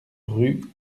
rue